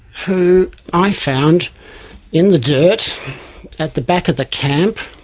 who i found in the dirt at the back of the camp